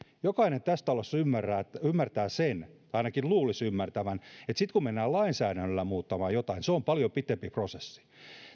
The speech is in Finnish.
jokainen tässä talossa ymmärtää sen ainakin luulisi ymmärtävän että sitten kun mennään lainsäädännöllä muuttamaan jotain se on paljon pitempi prosessi